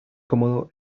cómodo